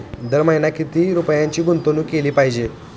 दर महिना किती रुपयांची गुंतवणूक केली पाहिजे?